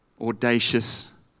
audacious